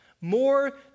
more